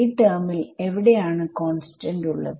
ഈ ടെർമിൽ എവിടെയാണ് കോൺസ്റ്റന്റ് ഉള്ളത്